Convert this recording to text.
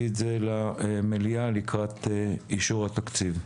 את זה למליאה לקראת אישור התקציב.